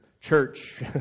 church